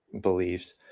beliefs